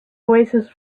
oasis